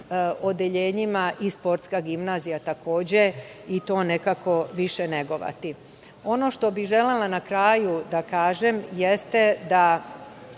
odeljenjima i Sportska gimnazija takođe i to nekako više negovati. Ono što bih na kraju želela da kažem jeste da